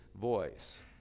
voice